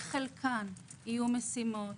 שחלקן יהיו משימות